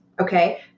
Okay